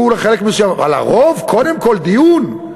ולחלק מסוים, אבל הרוב, קודם כול, דיון.